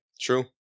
True